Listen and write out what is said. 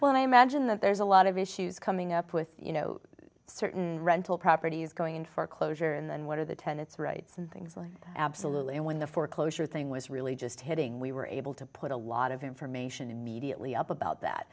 when i imagine that there's a lot of issues coming up with you know certain rental properties going in for closure and then what are the tenants rights and things like that absolutely and when the foreclosure thing was really just hitting we were able to put a lot of information immediately up about that